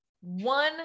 one